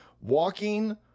Walking